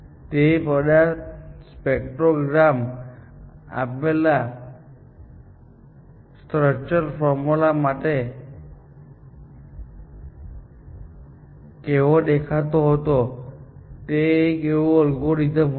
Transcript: તેથી તે પદાર્થનો સ્પેક્ટ્રોગ્રામ આપેલા સ્ટ્રચરલ ફોર્મ્યુલા માટે કેવો દેખાતો હતો તેવું એક અલ્ગોરિધમ હતું